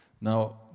Now